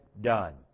done